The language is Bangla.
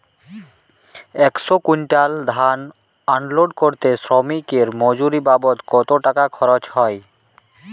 একশো কুইন্টাল ধান আনলোড করতে শ্রমিকের মজুরি বাবদ কত টাকা খরচ হয়?